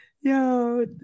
Yo